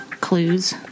clues